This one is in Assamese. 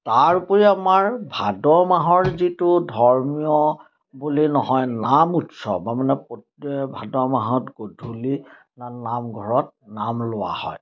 তাৰ উপৰি আমাৰ ভাদ মাহৰ যিটো ধৰ্মীয় বুলি নহয় নাম উৎসৱ মানে ভাদ মাহত গধূলি নামঘৰত নাম লোৱা হয়